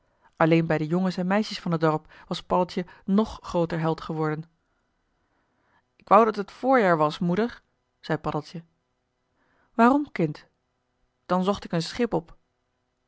alleen bij de jongens en meisjes van t dorp was paddeltje nog grooter held geworden k wou dat t voorjaar was moeder zei paddeltje waarom kind dan zocht ik n schip op